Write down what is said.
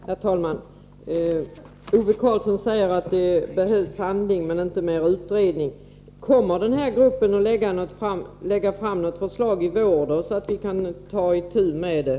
Herr talman! Ove Karlsson sade att det behövs handling och inte mera utredningar. Kommer denna aktionsgrupp att framlägga något förslag i vår så att vi kan ta itu med det?